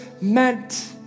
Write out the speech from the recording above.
meant